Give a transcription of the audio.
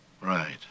Right